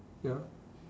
ya